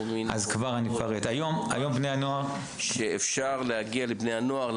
משהו דומה שאפשר באמצעותם להגיע לבני הנוער,